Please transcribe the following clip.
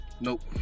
Nope